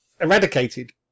eradicated